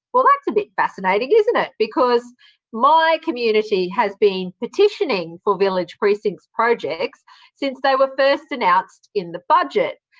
well, that's a bit fascinating, isn't it? because my community has been petitioning for village precincts projects since they were first announced in the budget.